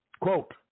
Quote